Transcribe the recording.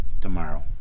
tomorrow